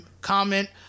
comment